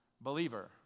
believer